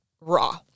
raw